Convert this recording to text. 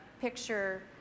picture